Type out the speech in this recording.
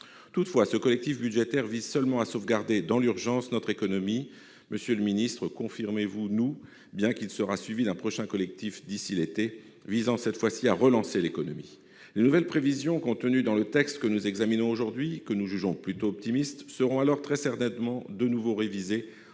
Toutefois, ce collectif budgétaire tend seulement à sauvegarder, dans l'urgence, notre économie. Monsieur le ministre, confirmez-vous qu'il sera suivi d'un prochain collectif d'ici à l'été, visant cette fois-ci à relancer l'économie ? Les nouvelles prévisions contenues dans le texte que nous examinons aujourd'hui, que nous jugeons plutôt optimistes, seront alors très certainement de nouveau révisées,